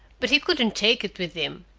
but he couldn't take it with him.